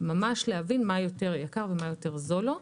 ממש להבין מה יותר יקר ומה יותר זול לו.